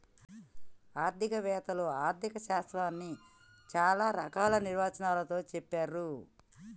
ఆర్థిక వేత్తలు ఆర్ధిక శాస్త్రాన్ని చానా రకాల నిర్వచనాలతో చెప్పిర్రు